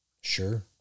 Sure